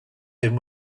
him